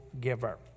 giver